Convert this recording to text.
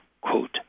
quote